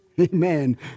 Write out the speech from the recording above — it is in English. Amen